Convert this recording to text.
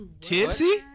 Tipsy